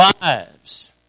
lives